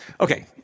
Okay